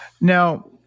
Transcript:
Now